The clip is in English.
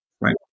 Right